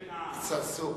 צרצור.